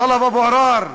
טלב אבו עראר,